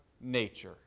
nature